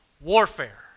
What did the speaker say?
warfare